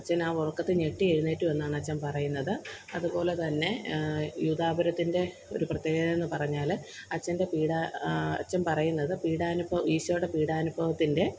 അച്ചന് ആ ഉറക്കത്തില് ഞെട്ടി എഴുന്നേറ്റു വന്നാണ് അച്ചന് പറയുന്നത് അതുപോലെ തന്നെ യൂദാപുരത്തിന്റെ ഒരു പ്രത്യേകതയെന്നു പറഞ്ഞാൽ അച്ചന്റെ അച്ചന് പറയുന്നത് പീഡാനുഭവ ഈശോടെ പീഡാനുഭവത്തിന്റെ